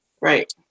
Right